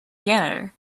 janitor